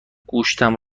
گوشتم